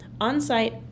On-site